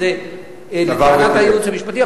שזה לטענת הייעוץ המשפטי,